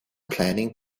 planning